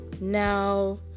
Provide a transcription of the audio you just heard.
now